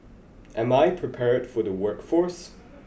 am I prepared for the workforce